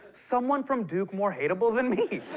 someone from duke more hateable than me!